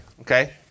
Okay